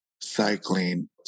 Cycling